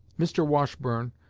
mr. washburne,